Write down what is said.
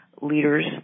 Leaders